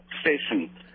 station